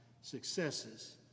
successes